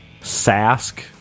Sask